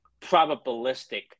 probabilistic